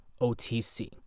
OTC